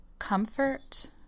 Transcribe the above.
Comfort